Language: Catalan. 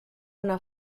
anar